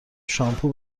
شامپو